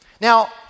Now